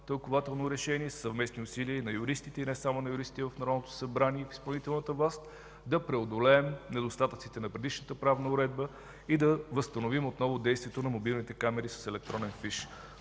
тълкувателно решение със съвместни усилия на юристите, а и не само на юристите от Народното събрание и изпълнителната власт, да преодолеем недостатъците на предишната правна уредба и да възстановим отново действието на мобилните камери с електронен фиш.